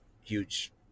huge